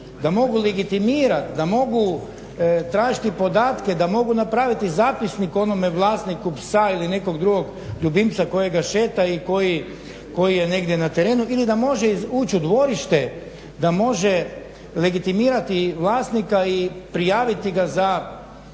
da mogu legitimirati, da mogu tražiti podatke, da mogu napraviti zapisnik onome vlasniku psa ili nekog drugog ljubimca kojega šeta ili koji je negdje na terenu ili da može ući u dvorište da može legitimirati vlasnika i prijaviti ga za